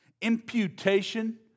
Imputation